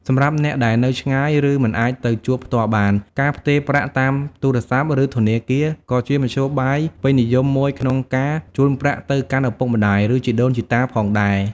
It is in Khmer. សម្រាប់អ្នកដែលនៅឆ្ងាយ ឬមិនអាចទៅជួបផ្ទាល់បាន ការផ្ទេរប្រាក់តាមទូរស័ព្ទ ឬធនាគារ ក៏ជាមធ្យោបាយពេញនិយមមួយក្នុងការជូនប្រាក់ទៅកាន់ឪពុកម្តាយ ឬជីដូនជីតាផងដែរ។